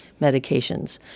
medications